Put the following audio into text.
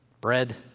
bread